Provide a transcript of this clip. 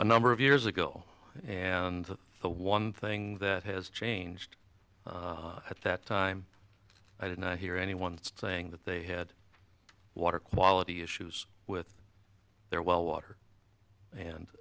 a number of years ago and the one thing that has changed at that time i didn't hear anyone saying that they had water quality issues with their well water